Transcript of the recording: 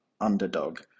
underdog